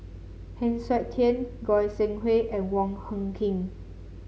Heng Siok Tian Goi Seng Hui and Wong Hung Khim